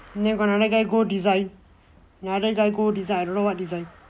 then got another guy go design another guy go design I don't know what design